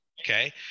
Okay